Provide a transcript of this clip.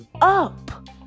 up